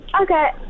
Okay